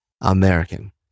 American